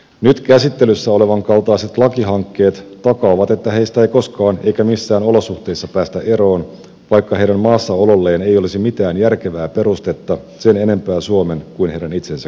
nyt käsittelyssä olevan kaltaiset lakihankkeet takaavat että heistä ei koskaan eikä missään olosuhteissa päästä eroon vaikka heidän maassaololleen ei olisi mitään järkevää perustetta sen enempää suomen kuin heidän itsensäkään kannalta